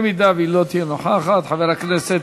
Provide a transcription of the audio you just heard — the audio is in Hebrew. אם היא לא תהיה נוכחת, חבר הכנסת,